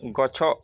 ଗଛ